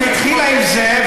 שהתחילה עם זה,